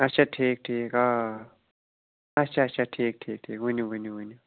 اَچھا ٹھیٖک ٹھیٖک آ آ اَچھا اَچھا ٹھیٖک ٹھیٖک ٹھیٖک ؤنِوٗ ؤنِوٗ ؤنِوٗ